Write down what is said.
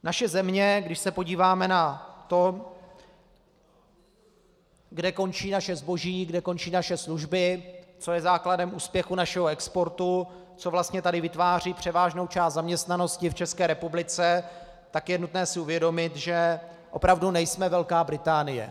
Naše země, když se podíváme na to, kde končí naše zboží, kde končí naše služby, co je základem úspěchu našeho exportu, co vlastně tady vytváří převážnou část zaměstnanosti v České republice, tak je nutné si uvědomit, že opravdu nejsme Velká Británie.